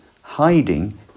hiding